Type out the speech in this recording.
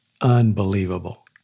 unbelievable